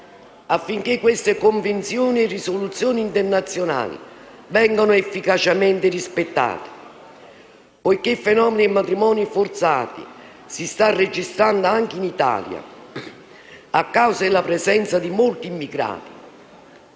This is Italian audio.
affinché queste Convenzioni e risoluzioni internazionali vengano efficacemente rispettate. Poiché il fenomeno dei matrimoni forzati si sta registrando anche in Italia, a causa della presenza di molti immigrati,